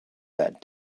that